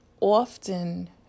Often